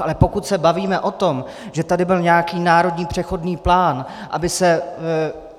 Ale pokud se bavíme o tom, že tady byl nějaký národní přechodní plán,